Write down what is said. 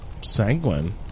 Sanguine